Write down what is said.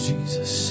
Jesus